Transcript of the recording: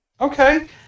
Okay